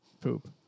poop